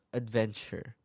adventure